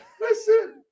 Listen